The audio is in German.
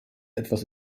etwas